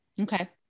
Okay